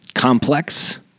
complex